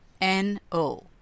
N-O